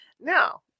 Now